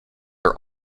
are